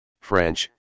French